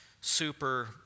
super